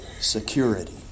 security